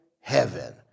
heaven